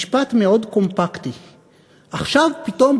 משפט מאוד קומפקטי/ עכשיו פתאום,